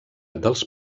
dels